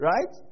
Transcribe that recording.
Right